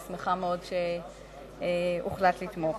אני שמחה מאוד שהוחלט לתמוך.